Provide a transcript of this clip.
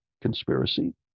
conspiracy